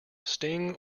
sting